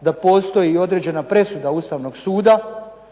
da postoji određena presuda Ustavnog suda